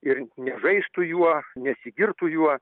ir nežaistų juo nesigirtų juo